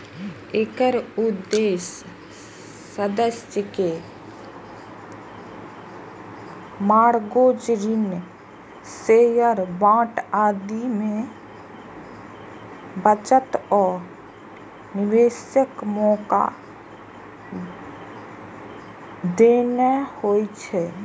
एकर उद्देश्य सदस्य कें मार्गेज, ऋण, शेयर, बांड आदि मे बचत आ निवेशक मौका देना होइ छै